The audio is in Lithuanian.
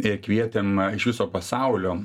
ir kvietėm iš viso pasaulio